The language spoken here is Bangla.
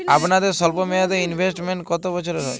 আপনাদের স্বল্পমেয়াদে ইনভেস্টমেন্ট কতো বছরের হয়?